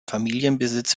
familienbesitz